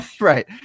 right